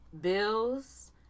bills